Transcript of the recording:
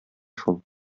шул